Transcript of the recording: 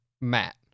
Matt